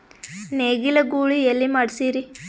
ನೇಗಿಲ ಗೂಳಿ ಎಲ್ಲಿ ಮಾಡಸೀರಿ?